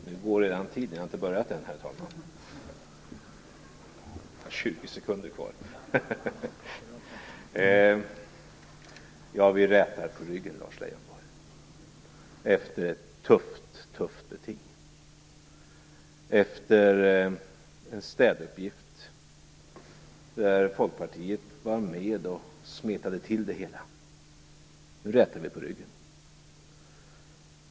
Herr talman! Ja, vi rätar på ryggen, Lars Leijonborg, efter ett mycket tufft beting och efter en städuppgift där Folkpartiet var med och smetade till det hela. Nu rätar vi på ryggen.